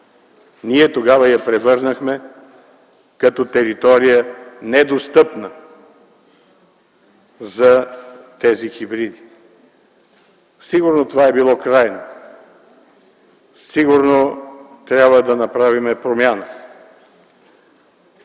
ние тогава я превърнахме като територия, недостъпна за тези хибриди. Сигурно това е било крайно. Сигурно трябва да направим промяна,